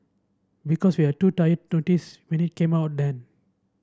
because we were too tired to when it came out then